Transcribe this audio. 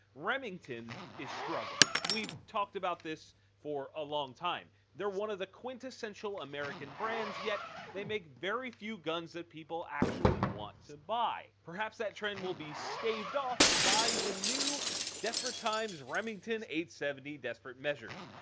remington is struggling. we've talked about this for a long time. they are one of the quintessential american brands yet they make very few guns that people actually want to buy. perhaps that trend will be staved off by the new desperate times, remington eight hundred and seventy desperate measures.